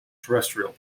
terrestrial